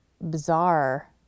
bizarre